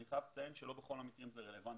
אני חייב לציין שלא בכל המקרים זה רלוונטי.